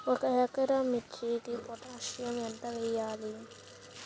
ఒక ఎకరా మిర్చీకి పొటాషియం ఎంత వెయ్యాలి?